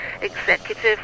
executive